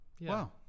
wow